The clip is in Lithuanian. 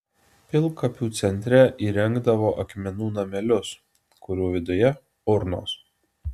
pilkapių centre įrengdavo akmenų namelius kurių viduje urnos